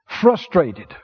frustrated